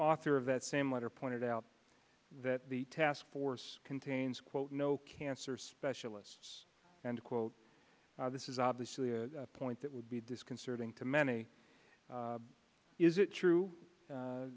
author of that same letter pointed out that the task force contains quote no cancer specialist and quote this is obviously a point that would be disconcerting to many is it true